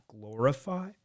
glorify